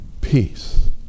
peace